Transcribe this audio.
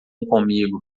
comigo